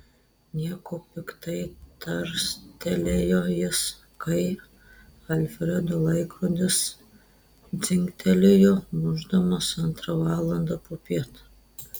nieko piktai tarstelėjo jis kai alfredo laikrodis dzingtelėjo mušdamas antrą valandą popiet